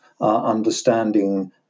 understanding